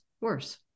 worse